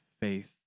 faith